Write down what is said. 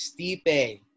Stipe